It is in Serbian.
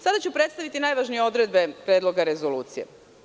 Sada ću predstaviti najvažnije odredbe Predloga rezolucije.